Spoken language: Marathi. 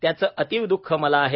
त्याचं अतीव द्ःख मला आहे